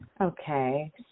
Okay